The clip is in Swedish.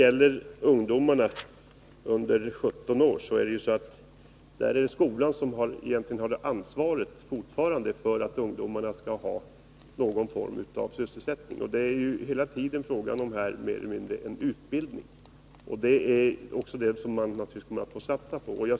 Får jag vidare säga att det är skolan som har det egentliga ansvaret för att ungdomar under 17 år har någon form av sysselsättning. Det är då mer eller mindre fråga om utbildning som man får satsa på.